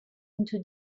into